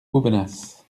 aubenas